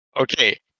okay